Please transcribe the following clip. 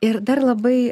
ir dar labai